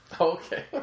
Okay